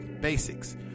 basics